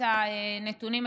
את הנתונים,